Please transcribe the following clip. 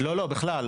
לא, בכלל.